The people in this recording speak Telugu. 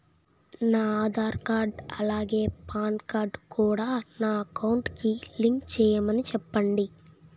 నా ఆధార్ కార్డ్ అలాగే పాన్ కార్డ్ కూడా నా అకౌంట్ కి లింక్ చేయమని చెప్పండి